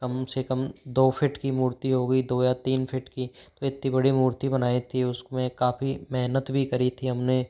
कम से कम दो फीट की मूर्ति हो गई दो या तीन फीट की तो इतनी बड़ी मूर्ति बनाई थी उसमें काफ़ी मेहनत भी करी थी हमने